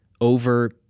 over